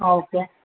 okay